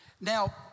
Now